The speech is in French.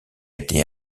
été